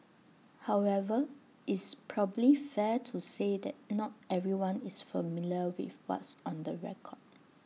however is probably fair to say that not everyone is familiar with what's on the record